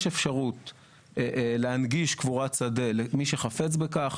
שיש אפשרות להנגיש קבורת שדה למי שחפץ בכך,